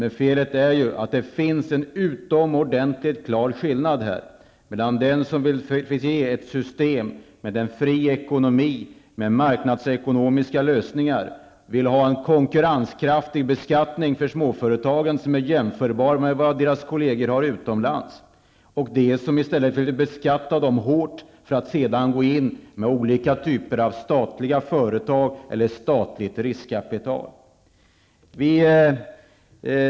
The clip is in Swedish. Men felet är att det finns en utomordentligt klar skillnad mellan dem som vill ha ett system med en fri ekonomi, med marknadsekonomiska lösningar och konkurrenskraftig beskattning för småföretagen som är jämförbart med vad kollegorna utomlands har, och dem som i stället vill beskatta företagen hårt för att sedan gå in med olika typer av statliga företag eller statligt riskkapital.